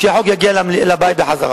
כשהחוק יגיע לבית בחזרה.